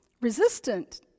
resistant